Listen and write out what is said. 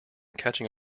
catching